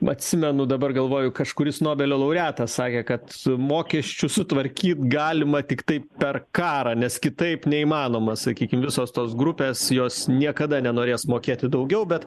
atsimenu dabar galvoju kažkuris nobelio laureatas sakė kad mokesčius sutvarkyt galima tiktai per karą nes kitaip neįmanoma sakykim visos tos grupės jos niekada nenorės mokėti daugiau bet